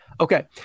Okay